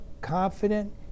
confident